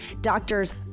doctors